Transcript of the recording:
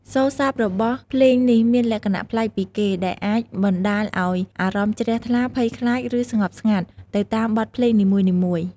សូរ្យស័ព្ទរបស់ភ្លេងនេះមានលក្ខណៈប្លែកពីគេ ដែលអាចបណ្ដាលឱ្យអារម្មណ៍ជ្រះថ្លា ភ័យខ្លាច ឬស្ងប់ស្ងាត់ ទៅតាមបទភ្លេងនីមួយៗ។